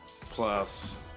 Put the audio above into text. Plus